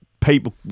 people